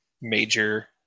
major